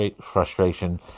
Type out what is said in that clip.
frustration